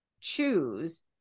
choose